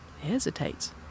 hesitates